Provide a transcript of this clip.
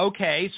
Okay